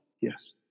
Yes